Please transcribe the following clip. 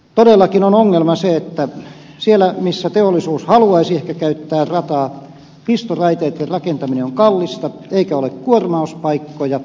todellakin on ongelma se että siellä missä teollisuus haluaisi ehkä käyttää rataa kiskoraiteitten rakentaminen on kallista eikä ole kuormauspaikkoja